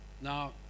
now